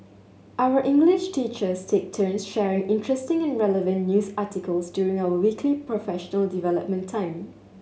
our English teachers take turns sharing interesting and relevant news articles during our weekly professional development time